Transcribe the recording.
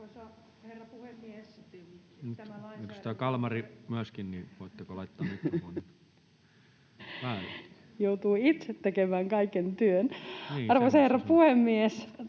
Arvoisa herra puhemies!